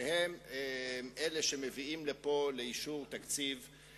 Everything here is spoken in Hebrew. שהם אלה שמביאים לפה את התקציב לאישור.